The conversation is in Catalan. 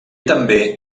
també